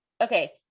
Okay